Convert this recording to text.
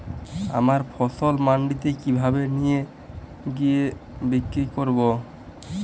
আমার ফসল মান্ডিতে কিভাবে নিয়ে গিয়ে বিক্রি করব?